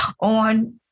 on